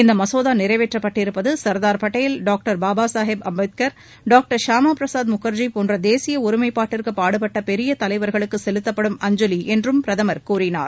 இந்த மசோதா நிறைவேற்றப்பட்டிருப்பது சர்தார் பட்டேல் டாக்டர் பாபா சொகிப் அம்பேத்கள் டாக்டர் ஷாமா பிரசாத் முகர்ஜி போன்ற தேசிய ஒருமைப்பாட்டுக்கு பாடுபட்ட பெரிய தலைவாகளுக்கு செலுத்தப்படும் அஞ்சலி என்று பிரதமர் கூறினார்